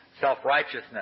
self-righteousness